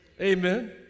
Amen